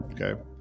okay